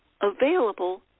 available